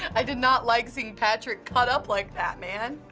i did not like seeing patrick cut up like that, man.